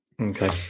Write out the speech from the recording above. Okay